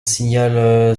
signale